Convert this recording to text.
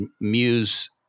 muse